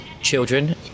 children